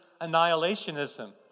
annihilationism